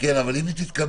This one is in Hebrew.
אבל השר